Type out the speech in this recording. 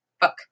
book